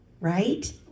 right